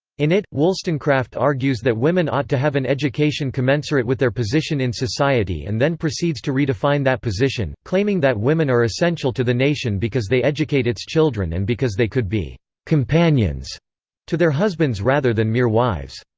in it, wollstonecraft argues that women ought to have an education commensurate with their position in society and then proceeds to redefine that position, claiming that women are essential to the nation because they educate its children and because they could be companions to their husbands rather than mere wives.